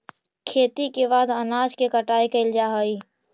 खेती के बाद अनाज के कटाई कैल जा हइ